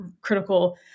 critical